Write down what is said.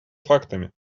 фактами